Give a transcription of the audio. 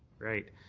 right.